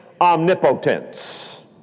omnipotence